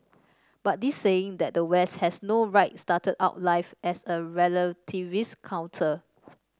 but this saying that the West has no right started out life as a relativist counter